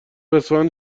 اسفند